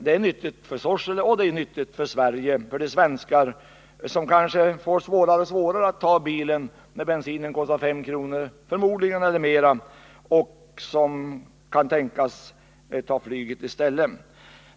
Det är nyttigt för Sorsele, och det är nyttigt för Sverige och för svenskarna, som kanske får svårare och svårare att ta bilen allteftersom bensinpriset höjs — bensinen kommer förmodligen snart att kosta 5 kr. eller mera — och som kan tänkas ta flyget i stället.